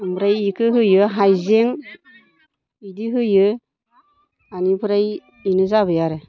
ओमफ्राय बिखौ होयो हाइजें बिदि होयो बेनिफ्राय बेनो जाबाय आरो